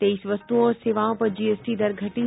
तेईस वस्तुओं और सेवाओं पर जीएसटी दर घटी